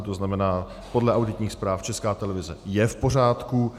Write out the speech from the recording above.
To znamená, podle auditních zpráv Česká televize je v pořádku.